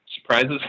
surprises